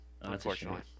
unfortunately